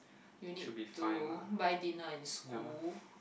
you need to buy dinner in school